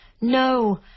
No